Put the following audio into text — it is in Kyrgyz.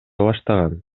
баштаган